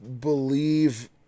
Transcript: believe